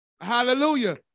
Hallelujah